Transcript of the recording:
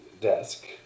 desk